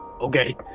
Okay